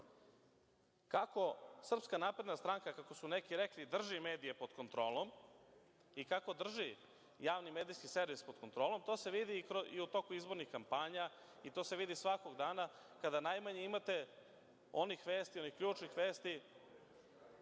istoriji Srbije. Kako SNS, kako su neki rekli, drži medije pod kontrolom i kako drži javni medijski servis pod kontrolom, to se vidi i tokom izbornih kampanja, i to se vidi svakog dana kada najmanje imate onih vesti ili ključnih vesti